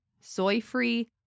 soy-free